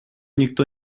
никто